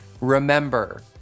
Remember